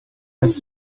has